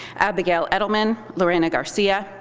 abigail edelman, lorena garcia,